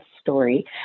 story